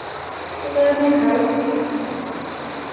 সেইটোকাৰণে ভাল